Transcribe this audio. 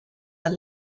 are